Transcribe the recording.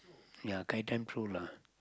ya guide them through lah